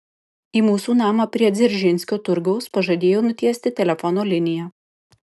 į mūsų namą prie dzeržinskio turgaus pažadėjo nutiesti telefono liniją